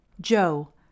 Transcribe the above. Joe